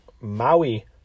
Maui